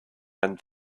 and